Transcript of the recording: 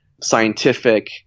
scientific